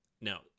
Now